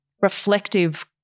reflective